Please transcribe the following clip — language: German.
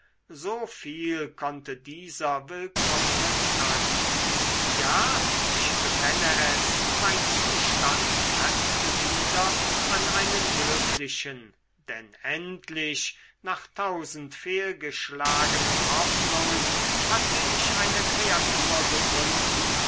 so viel konnte dieser willkommene trank ja ich bekenne es mein zustand grenzte wieder an einen glücklichen denn endlich nach tausend fehlgeschlagenen hoffnungen hatte ich eine kreatur gefunden